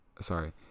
sorry